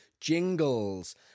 Jingles